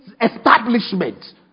establishment